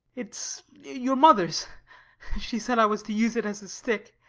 it's your mother's she said i was to use it as a stick.